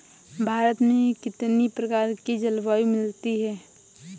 भारत में कितनी प्रकार की जलवायु मिलती है?